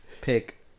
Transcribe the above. pick